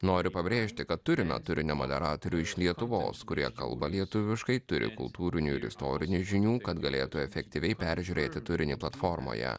noriu pabrėžti kad turime turinio moderatorių iš lietuvos kurie kalba lietuviškai turi kultūrinių ir istorinių žinių kad galėtų efektyviai peržiūrėti turinį platformoje